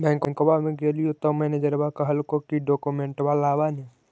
बैंकवा मे गेलिओ तौ मैनेजरवा कहलको कि डोकमेनटवा लाव ने?